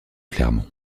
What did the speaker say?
clermont